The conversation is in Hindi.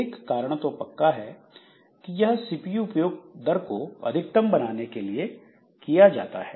एक कारण तो पक्का है कि यह सीपीयू उपयोग दर को अधिकतम करने के लिए किया जाता है